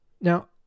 Now